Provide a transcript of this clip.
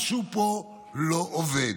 משהו פה לא עובד.